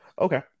Okay